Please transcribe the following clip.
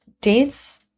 dates